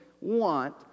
want